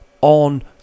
on